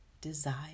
desire